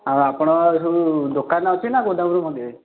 ଆଉ ଆପଣଙ୍କର ଯେଉଁ ଦୋକାନ ଅଛି ନା ଗୋଦାମରୁ ମଗାଇବେ